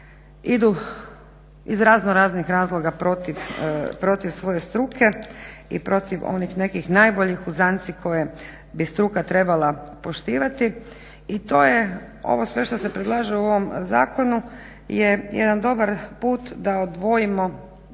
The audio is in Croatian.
idu iz raznoraznih razloga protiv svoje struke i protiv onih nekih najboljih uzanci koje bi struka trebala poštivati i to je, ovo sve što se predlaže u ovom Zakonu je jedan dobar put da odvojimo